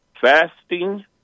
fasting